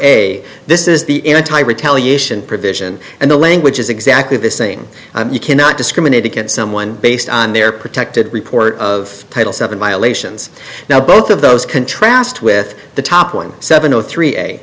a this is the entire retaliation provision and the language is exactly the same you cannot discriminate against someone based on their protected report of title seven violations now both of those contrast with the top one seven zero three